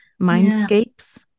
Mindscapes